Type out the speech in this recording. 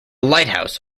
lighthouse